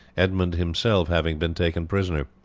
edmund himself having been taken prisoner.